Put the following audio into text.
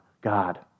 God